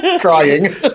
crying